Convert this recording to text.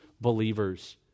believers